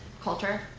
culture